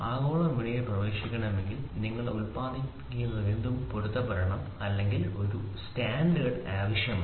ആഗോള വിപണിയിൽ പ്രവേശിക്കണമെങ്കിൽ നിങ്ങൾ ഉൽപാദിപ്പിക്കുന്നതെന്തും പൊരുത്തപ്പെടണം അല്ലെങ്കിൽ ഒരു സ്റ്റാൻഡേർഡ് ആവശ്യമാണ്